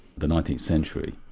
the nineteenth century,